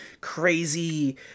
crazy